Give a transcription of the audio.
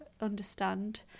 understand